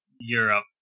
Europe